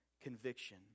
conviction